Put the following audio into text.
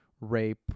rape